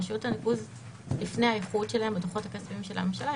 רשויות הניקוז לפני האיחוד שלהן בדוחות הכספיים של הממשלה,